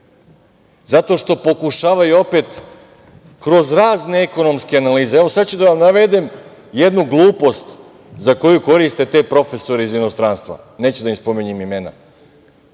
zato što pokušavaju opet kroz razne ekonomske analize, evo sada ću da vam navedem jednu glupost za koju koriste te profesore iz inostranstva. Neću da im spominjem imena.